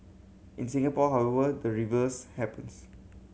in Singapore however the reverse happens